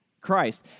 Christ